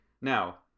Now